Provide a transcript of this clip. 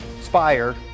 Spire